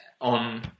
on